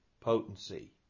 potency